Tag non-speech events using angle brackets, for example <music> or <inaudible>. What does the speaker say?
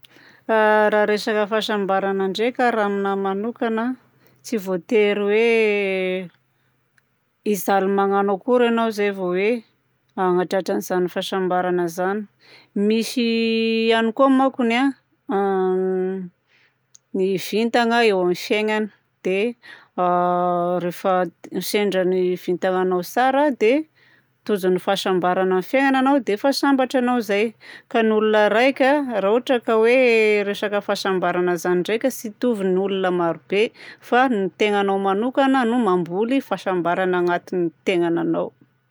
Raha resaka fahasambaragna ndraika raha aminahy manokagna, tsy voatery hoe hijaly magnano akory enao izay vao hoe hanatratra an'izany fahasambaragna izany. Misy ihany koa mankony a <hesitation> ny vintagna eo amin'ny fiainagna. Dia <hesitation> rehefa sendra ny vintagnanao tsara dia tojo ny fahasambaragna amin'ny fiaignana anao dia efa sambatra enao zay. Fa ny ologna raika raha ohatra ka hoe resaka fahasambaragna zany ndraika tsy hitovy ny ologna marobe fa ny tenanao manokagna no mamboly fahasambaragna agnatin'ny tegnananao.